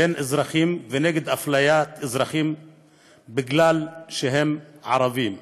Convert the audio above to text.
בין אזרחים ונגד אפליית אזרחים משום שהם ערבים.